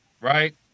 right